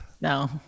No